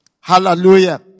Hallelujah